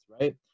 right